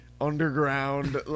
underground